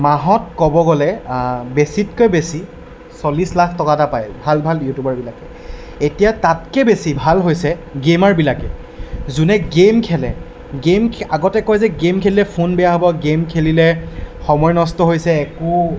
মাহত ক'ব গ'লে বেছিতকৈ বেছি চল্লিছ লাখ টকা এটা পায় ভাল ভাল ইউটিউবাৰবিলাকে এতিয়া তাতকৈ বেছি ভাল হৈছে গেমাৰ বিলাকে যোনে গেম খেলে গেম খে আগতে কয় যে গেম খেলিলে ফোন বেয়া হ'ব গেম খেলিলে সময় নষ্ট হৈছে একো